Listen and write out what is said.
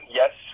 yes